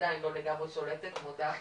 עדיין לא לגמרי שולטת, אני מודה,